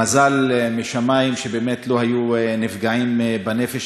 מזל משמים שבאמת לא היו נפגעים בנפש,